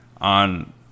on